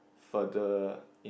for the